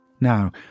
Now